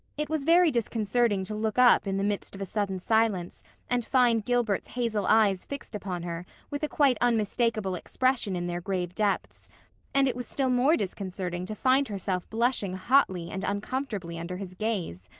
it was very disconcerting to look up in the midst of a sudden silence and find gilbert's hazel eyes fixed upon her with a quite unmistakable expression in their grave depths and it was still more disconcerting to find herself blushing hotly and uncomfortably under his gaze,